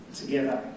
together